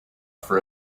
for